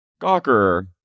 Gawker